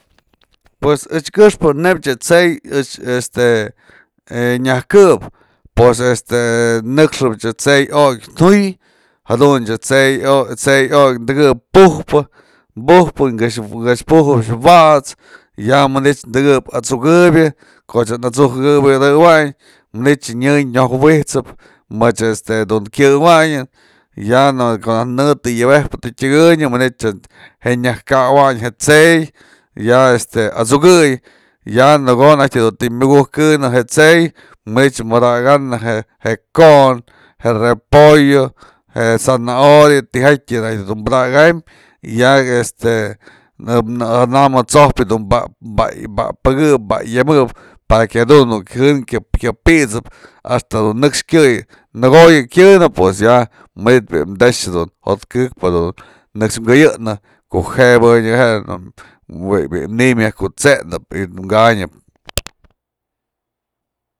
Pues echkëxpë neyb je tse'ey ëch este nyajkëp, pues este nëkxëpëch tse'ey okyë juy, jadunt's je tse'ey okyë dëkëp pujpë, pujpë këx pujëpy wa'ts, ya manytë dëkëp at'sukëpyë, koch at'sukëbyadëwynë, manytë nyë nyojwijt'sëp mëch este dun kyëwanyën y ya ko'o najk në të yebejpë tyëkënyë manytë je nyajkawyn je t'se'ey y ya este at'sukëy, y ya nako'o najk du të myëkuj kënë je ts'ey manytë padakanë je ko'on, je repollo, je zanahoria, tijatyë najkë dun padaka'am y ya este janam ja t'sojpyë du pa'apëkëp pa'ayëmëp para que jadun je jën kya pit'sëp a'axta du nëxk kyëy, nëkoyë kyënë, manytë bi'i te'ex je jo'ot këkpë jadun nëxk këyëjnë kujbënyëp jenëp, bi'i niy myaj kut'sejnëp manytë kanyëp.